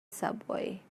subway